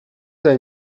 daj